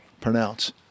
pronounce